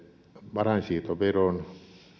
varainsiirtoveron